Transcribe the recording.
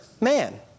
man